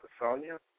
Sonia